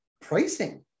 pricing